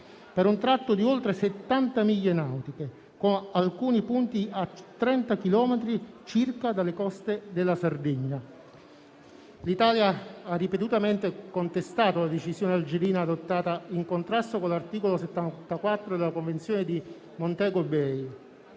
per un tratto di oltre 70 miglia nautiche con alcuni punti a 30 chilometri circa dalle coste della Sardegna. L'Italia ha ripetutamente contestato la decisione algerina adottata in contrasto con l'articolo 74 della Convenzione di Montego Bay.